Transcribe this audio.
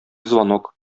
звонок